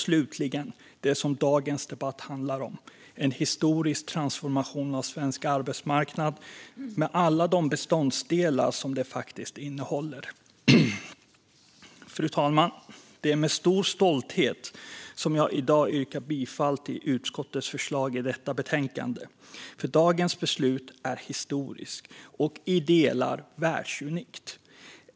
Slutligen har vi det som dagens debatt handlar om: en historisk transformation av svensk arbetsmarknad med alla de beståndsdelar som det faktiskt innehåller. Fru talman! Det är med stor stolthet som jag i dag yrkar bifall till utskottets förslag i detta betänkande. Dagens beslut är historiskt och i delar världsunikt.